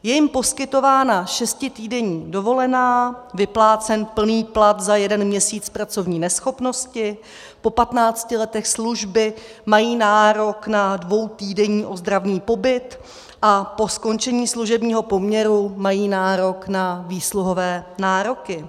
Je jim poskytována šestitýdenní dovolená, vyplácen plný plat za jeden měsíc pracovní neschopnosti, po 15 letech služby mají nárok na dvoutýdenní ozdravný pobyt a po skončení služebního poměru mají nárok na výsluhové nároky.